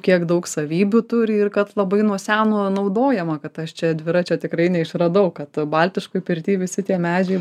kiek daug savybių turi ir kad labai nuo seno naudojama kad aš čia dviračio tikrai neišradau kad baltiškoj pirty visi tie medžiai